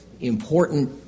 important